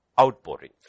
outpouring